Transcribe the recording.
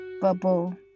bubble